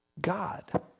God